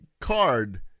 card